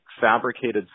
fabricated